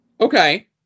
Okay